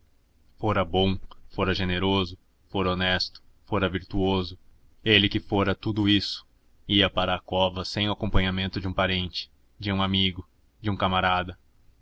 fora bom fora generoso fora honesto fora virtuoso ele que fora tudo isso ia para a cova sem acompanhamento de um parente de um amigo de um camarada